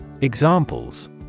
Examples